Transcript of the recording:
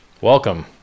Welcome